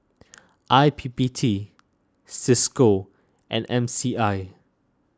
I P P T Cisco and M C I